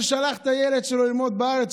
ששלח את הילד שלו ללמוד בארץ,